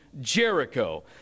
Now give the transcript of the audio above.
Jericho